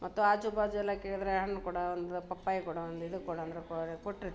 ಮತ್ತು ಆಜುಬಾಜು ಎಲ್ಲ ಕೇಳಿದ್ರೆ ಹಣ್ಣು ಕೊಡು ಒಂದು ಪಪ್ಪಾಯ ಕೊಡು ಒಂದು ಇದು ಕೊಡು ಅಂದ್ರೆ ಕೊಟ್ಟಿರ್ತೀವಿ